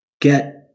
Get